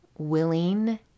willing